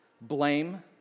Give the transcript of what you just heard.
blame